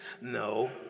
No